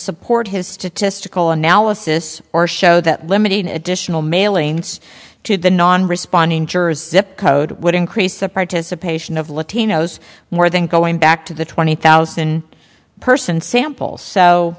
support his statistical analysis or show that limiting additional mailings to the non responding jurors code would increase the participation of latinos more than going back to the twenty thousand person samples so